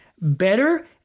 better